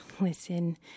listen